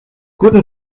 guten